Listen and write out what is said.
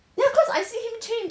ya cause I see him change